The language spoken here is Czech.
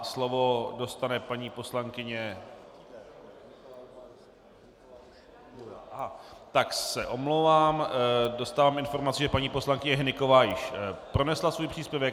Slovo dostane paní poslankyně omlouvám se, dostávám informaci, že paní poslankyně Hnyková již pronesla svůj příspěvek.